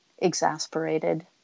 exasperated